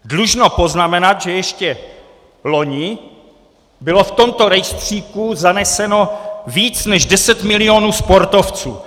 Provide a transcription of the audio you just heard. Dlužno poznamenat, že ještě loni bylo v tomto rejstříku zaneseno více než 10 milionů sportovců.